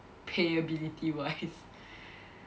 pay ability wise